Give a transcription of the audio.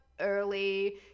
early